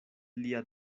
lia